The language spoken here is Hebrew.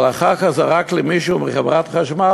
אבל אחר כך זרק לי מישהו מחברת חשמל,